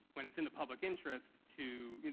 when it's in the public interest to